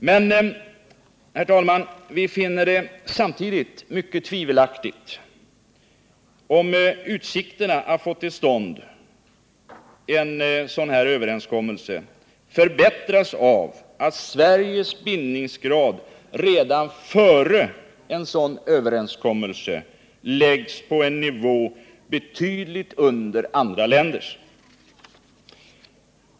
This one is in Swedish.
Men, herr talman, vi finner det samtidigt mycket tvivelaktigt att utsikterna att få till stånd en sådan överenskommelse skulle förbättras av att Sveriges bindningsgrad redan före en sådan överenskommelse läggs på en nivå betydligt under övriga länders.